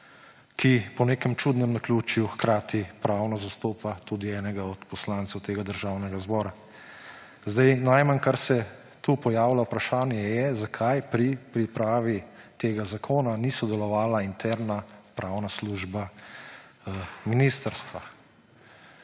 ki po nekem čudnem naključju hkrati pravno zastopa tudi enega od poslancev tega državnega zbora. Najmanj, kar se tu pojavlja vprašanje, je, zakaj pri pripravi tega zakona ni sodelovala interna pravna služba ministrstva.